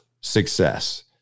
success